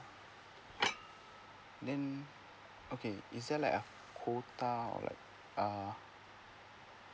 then okay is there like a quota or like uh